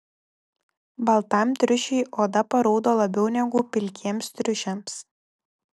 baltam triušiui oda paraudo labiau negu pilkiems triušiams